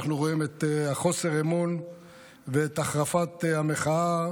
אנחנו רואים את חוסר האמון ואת החרפת המחאה,